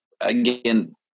again